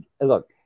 look